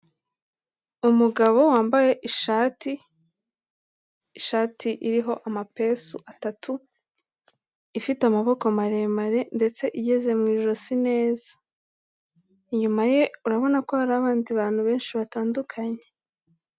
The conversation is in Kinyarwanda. Umugabo wambaye ishati, ishati iriho amapesu atatu, ifite amaboko maremare ndetse igeze mu ijosi neza, inyuma ye urabona ko hari abandi bantu benshi batandukanye.